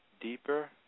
deeper